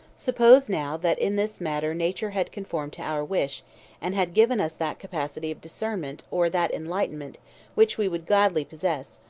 suppose, now, that in this matter nature had conformed to our wish and had given us that capacity of discernment or that enlightenment which we would gladly possess,